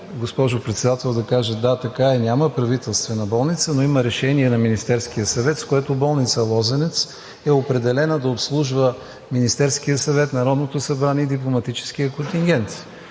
госпожо Председател, да кажа: да, така е. Няма Правителствена болница, но има решение на Министерския съвет, с което Болница „Лозенец“ е определена да обслужва Министерския съвет, Народното събрание и дипломатическия контингент.